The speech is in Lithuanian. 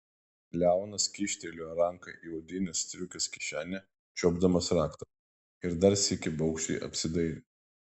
leonas kyštelėjo ranką į odinės striukės kišenę čiuopdamas rakto ir dar sykį baugščiai apsidairė